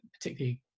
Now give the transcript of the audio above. particularly